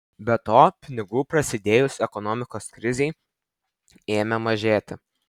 be to pinigų prasidėjus ekonomikos krizei ėmė mažėti